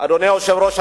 אדוני היושב-ראש,